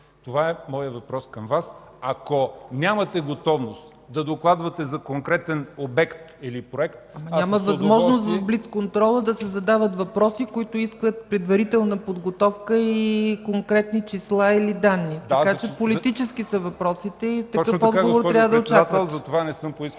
Това е моят въпрос към Вас. Ако нямате готовност да докладвате за конкретен обект или проект... ПРЕДСЕДАТЕЛ ЦЕЦКА ЦАЧЕВА: Няма възможност в блицконтрола да се задават въпроси, които изискват предварителна подготовка и конкретни числа или данни. Така че политически са въпросите и такъв отговор трябва да очаквате.